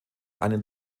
einen